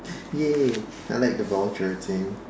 !yay! I like the voucher thing